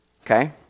Okay